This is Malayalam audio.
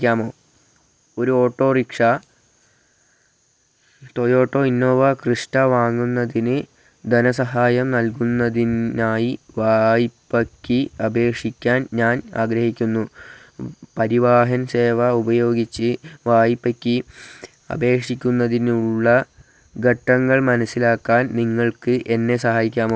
ക്യാമോ ഒരു ഓട്ടോറിക്ഷ ടൊയോട്ടോ ഇന്നോവ ക്രിസ്റ്റ വാങ്ങുന്നതിന് ധനസഹായം നൽകുന്നതിനായി വായ്പയ്ക്ക് അപേഷിക്കാൻ ഞാൻ ആഗ്രഹിക്കുന്നു പരിവാഹൻ സേവാ ഉപയോഗിച്ച് വായ്പ്പയ്ക്ക് അപേക്ഷിക്കുന്നതിനുള്ള ഘട്ടങ്ങൾ മനസിലാക്കാൻ നിങ്ങൾക്ക് എന്നെ സഹായിക്കാമോ